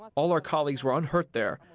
all our colleagues were unhurt there,